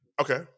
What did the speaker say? Okay